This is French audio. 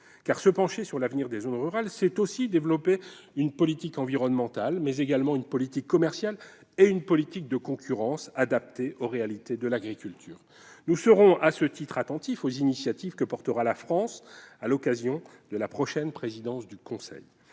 se pencher sur l'avenir des zones rurales, c'est aussi développer une politique environnementale, mais également des politiques commerciales de concurrence adaptées aux réalités de l'agriculture. Nous serons attentifs aux initiatives que portera la France à l'occasion de sa prochaine présidence du Conseil